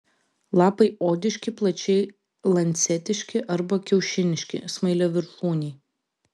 lapai odiški plačiai lancetiški arba kiaušiniški smailiaviršūniai